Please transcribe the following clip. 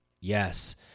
Yes